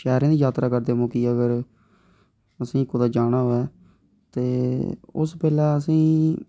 शैह्रें दी जात्तरा करदे मौके अगर तुसें कुदै जाना होऐ ते उस बेल्लै असें ई